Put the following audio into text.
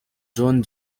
john